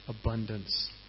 abundance